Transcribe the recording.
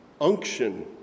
unction